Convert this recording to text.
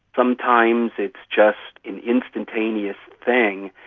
sometimes it's just an instantaneous thing.